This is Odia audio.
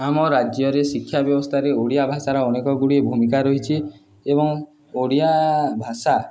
ଆମ ରାଜ୍ୟରେ ଶିକ୍ଷା ବ୍ୟବସ୍ଥାରେ ଓଡ଼ିଆ ଭାଷାର ଅନେକ ଗୁଡ଼ିଏ ଭୂମିକା ରହିଛି ଏବଂ ଓଡ଼ିଆ ଭାଷା